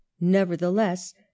nevertheless